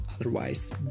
otherwise